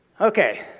Okay